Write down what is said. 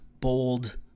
bold